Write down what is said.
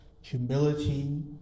humility